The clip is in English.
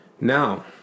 Now